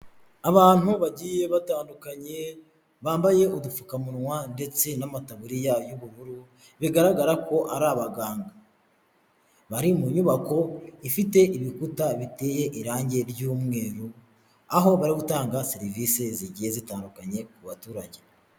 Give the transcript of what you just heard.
Abantu bagiye batandukanye bambaye udupfukamunwa ndetse n'amatabiririya y'ubururu, bigaragara ko ari abaganga. Bari mu nyubako ifite ibikuta biteye irangi ry'umweru, aho bari gutanga serivisi zigiye zitandukanye ku baturage.